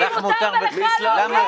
לי מותר ולך לא.